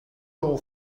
all